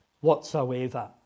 whatsoever